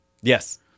Yes